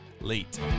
late